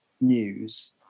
news